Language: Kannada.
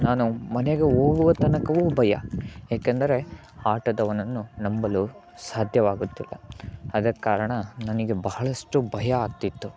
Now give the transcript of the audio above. ನಾನು ಮನೆಗೆ ಹೋಗುವ ತನಕವೂ ಭಯ ಏಕೆಂದರೆ ಆಟೋದವನನ್ನು ನಂಬಲು ಸಾಧ್ಯವಾಗುತ್ತಿಲ್ಲ ಅದಕ್ಕೆ ಕಾರಣ ನನಗೆ ಬಹಳಷ್ಟು ಭಯ ಆಗ್ತಿತ್ತು